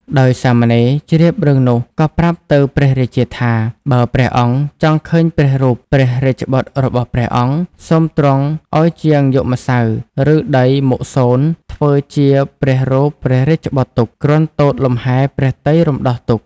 ដោយសាមណេរជ្រាបរឿងនោះ ក៏ប្រាប់ទៅព្រះរាជាថា បើព្រះអង្គចង់ឃើញព្រះរូបព្រះរាជបុត្ររបស់ព្រះអង្គ សូមទ្រង់ឲ្យជាងយកម្សៅ ឬដីមកសូន ធ្វើជាព្រះរូបព្រះរាជបុត្រទុក គ្រាន់ទតលំហែព្រះទ័យរំដោះទុក្ខ។